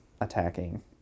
attacking